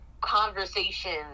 conversation